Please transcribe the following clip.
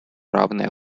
равное